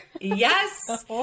Yes